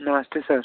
नमस्ते सर